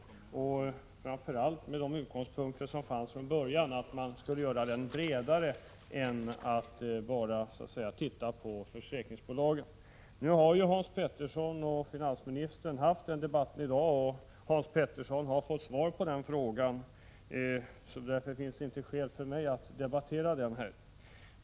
Han ville ha en debatt framför allt utifrån de utgångspunkter som fanns från början — dvs. att förslaget skulle gälla ett bredare område och inte bara försäkringsbolagen. Hans Petersson har emellertid fått debattera den saken tidigare i dag och han har fått svar på sin fråga. Därför finns det inte skäl för mig att debattera den saken nu.